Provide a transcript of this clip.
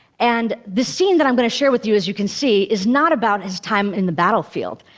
and the scene that i'm going to share with you, as you can see, is not about his time in the battlefield.